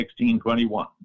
1621